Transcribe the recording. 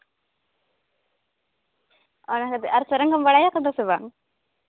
ᱚᱱᱟ ᱠᱷᱟᱹᱛᱤᱨ ᱟᱨ ᱥᱮᱨᱮᱧ ᱠᱚᱢ ᱵᱟᱲᱟᱭᱟᱠᱟᱫᱟ ᱥᱮ ᱵᱟᱝ